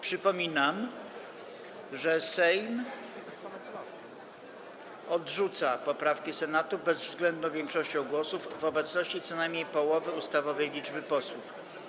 Przypominam, że Sejm odrzuca poprawki Senatu bezwzględną większością głosów w obecności co najmniej połowy ustawowej liczby posłów.